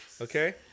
Okay